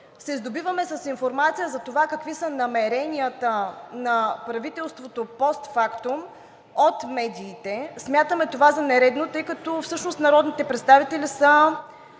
се сдобиваме с информация за това какви са намеренията на правителството постфактум от медиите, смятаме това за нередно, тъй като всъщност народните представители са